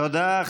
תודה.